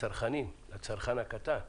לצרכן הקטן.